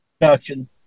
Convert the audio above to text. production